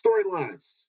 Storylines